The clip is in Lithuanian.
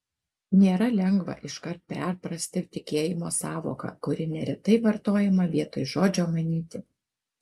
nėra lengva iškart perprasti tikėjimo sąvoką kuri neretai vartojama vietoj žodžio manyti